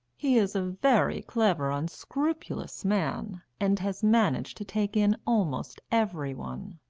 he is a very clever, unscrupulous man, and has managed to take in almost every one.